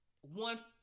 one